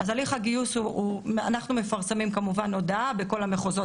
בהליך הגיוס אנחנו מפרסמים כמובן הודעה בכל המחוזות